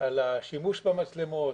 על השימוש במצלמות,